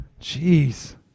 Jeez